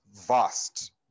vast